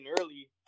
early